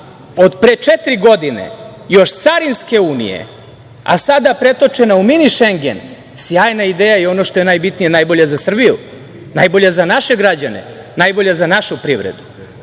od pre četiri godine, još carinske unije, a sada pretočena u mini šengen, sjajna ideja i ono što je najbitnije najbolja za Srbiju, najbolja za nađe građane, najbolja za našu privredu.